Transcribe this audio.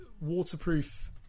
waterproof